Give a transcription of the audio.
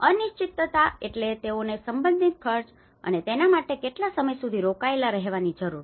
અનિશ્ચિતતા એટલે તેઓનો સંબંધિત ખર્ચ અને તેના માટે કેટલા સમય સુધી રોકાયેલા રહેવાની જરૂર